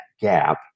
gap